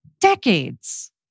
Decades